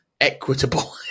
equitable